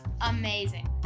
amazing